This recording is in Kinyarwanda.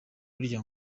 burya